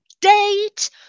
date